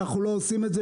שהם לא עושים את זה,